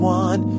one